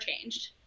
changed